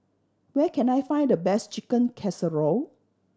where can I find the best Chicken Casserole